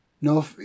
No